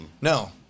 No